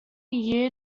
year